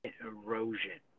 erosion